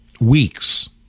weeks